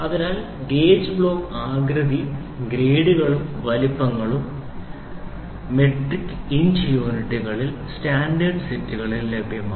അതിനാൽ gauge block ആകൃതി ഗ്രേഡുകളും വലുപ്പങ്ങളും മെട്രിക് ഇഞ്ച് യൂണിറ്റുകളിൽ metricinch സ്റ്റാൻഡേർഡ് സെറ്റുകളിൽ ലഭ്യമാണ്